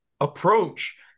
approach